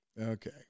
Okay